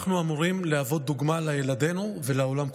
אנחנו אמורים להוות דוגמה לילדינו ולעולם כולו.